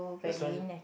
that's why